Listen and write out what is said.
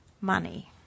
money